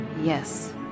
Yes